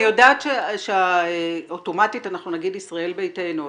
אני יודעת שאוטומטית אנחנו נגיד ישראל ביתנו,